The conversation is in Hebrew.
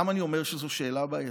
למה אני אומר שזו שאלה בעייתית?